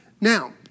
Now